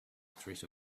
threat